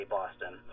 Boston